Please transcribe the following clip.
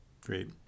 Great